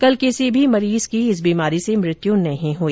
कल किसी भी मरीज की इस बीमारी से मृत्यु नहीं हुई